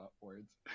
words